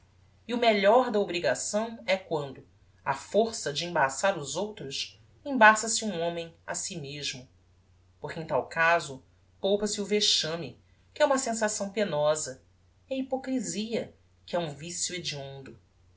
e o melhor da obrigação é quando á força de embaçar os outros embaça se um homem a si mesmo porque em tal caso poupa se o vexame que é uma sensação penosa e a hypocrisia que é um vicio hediondo